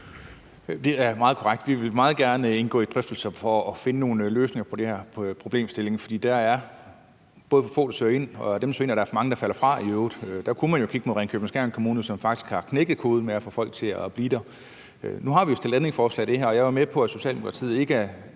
Det er meget korrekt. Vi vil meget gerne indgå i drøftelser for at finde nogle løsninger på den her problemstilling. For der er både for få, der søger ind, og af dem, der søger ind, er der for mange, der falder fra. Og man kan jo i øvrigt kigge mod Ringkøbing-Skjern Kommune, som faktisk har knækket koden med at få folk til at blive der. Nu har vi jo stillet ændringsforslag til det her, og jeg er jo med på, at Socialdemokratiet ikke